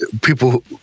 people